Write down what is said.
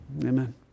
amen